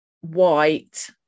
white